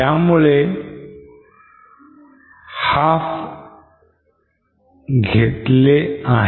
त्यामुळे half पकडले आहे